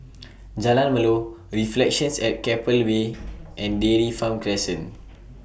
Jalan Melor Reflections At Keppel Bay and Dairy Farm Crescent